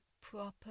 proper